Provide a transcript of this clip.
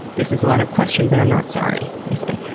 this is a lot of questions and i'm not sorry, they say.